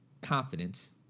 Confidence